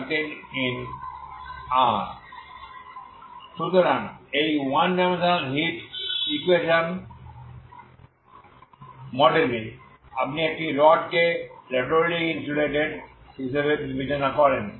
সুতরাং এই one dimensional heat equation মডেলে আপনি একটি রডকে ল্যাটেরালি ইনসুলেটেড হিসেবে বিবেচনা করেন